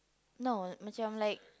no macam like